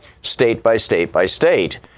state-by-state-by-state